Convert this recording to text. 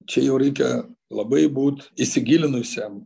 čia jau reikia labai būt įsigilinusiam